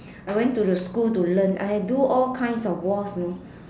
I went to the school to learn I do all kinds of waltz you know